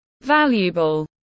valuable